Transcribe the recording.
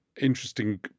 interesting